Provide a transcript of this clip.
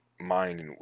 mind